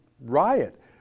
riot